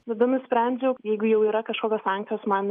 tada nusprendžiau jeigu jau yra kažkokios sankcijos man